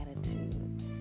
attitude